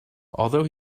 although